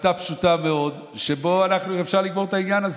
החלטה פשוטה מאוד שבה אפשר לגמור את העניין הזה.